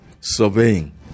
surveying